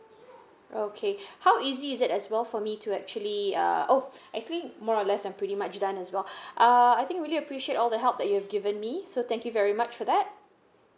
okay how easy is that as well for me to actually um o~ I think more or less I'm pretty much done as well uh I think really appreciate all the help that you have given me so thank you very much for that